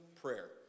prayer